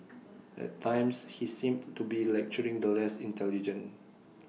at times he seemed to be lecturing the less intelligent